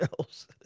else